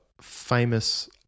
famous